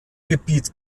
gebiet